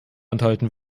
enthalten